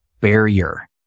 barrier